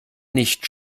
nicht